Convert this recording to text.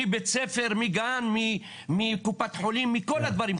מבית ספר, מגן, מקופת חולים, כל הדברים.